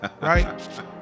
right